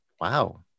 wow